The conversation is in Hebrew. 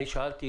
אני שאלתי